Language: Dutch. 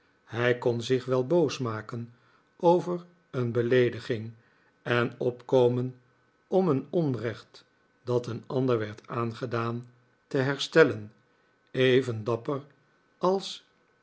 hij kon zich wel boos maken over een beleediging en opkomen om een onrecht dat een ander werd aangedaan te herstellen even dapper als